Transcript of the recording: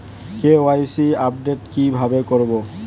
KYC update কি ভাবে করবো?